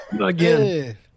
Again